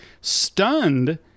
stunned